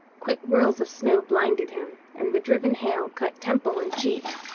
quick whirls of snow blinded him, and the driven hail cut temple and cheek.